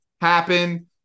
happen